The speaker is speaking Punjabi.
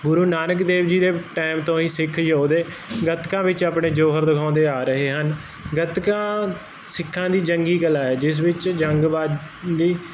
ਗੁਰੂ ਨਾਨਕ ਦੇਵ ਜੀ ਦੇ ਟੈਮ ਤੋਂ ਹੀ ਸਿੱਖ ਯੋਧੇ ਗਤਕਾ ਵਿੱਚ ਆਪਣੇ ਜੋਹਰ ਦਿਖਾਉਂਦੇ ਆ ਰਹੇ ਹਨ ਗਤਕਾ ਸਿੱਖਾਂ ਦੀ ਜੰਗੀ ਕਲਾ ਹੈ ਜਿਸ ਵਿੱਚ ਜੰਗਬਾਦੀ